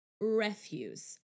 refuse